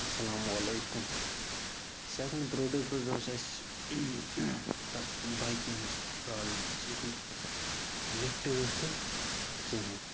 اسلام علیکُم second product حظ اوس اَسہِ تھوڑا بایکہِ ہٕنٛز پرٛابلِم اَسہِ اوس نہٕ لِفٹ وِفٹہٕ کِہیٖنۍ